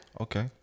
Okay